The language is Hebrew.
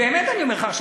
באמת אני אומר לך עכשיו,